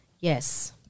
Yes